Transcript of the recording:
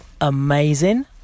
amazing